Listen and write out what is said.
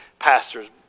pastors